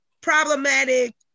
problematic